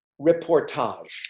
reportage